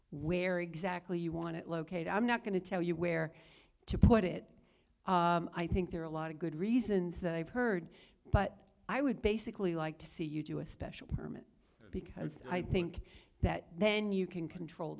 where exactly you want it located i'm not going to tell you where to put it i think there are a lot of good reasons that i've heard but i would basically like to see you do a special permit because i think that then you can control